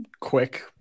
quick